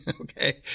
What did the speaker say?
okay